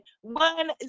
One